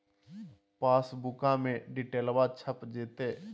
पासबुका में डिटेल्बा छप जयते?